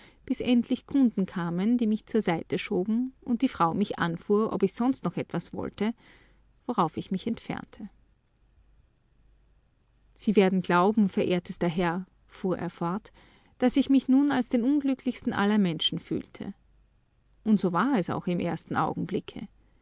bis endlich kunden kamen die mich zur seite schoben und die frau mich anfuhr ob ich noch sonst etwas wollte worauf ich mich entfernte sie werden glauben verehrtester herr fuhr er fort daß ich mich nun als den unglücklichsten aller menschen fühlte und so war es auch im ersten augenblicke